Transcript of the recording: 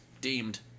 deemed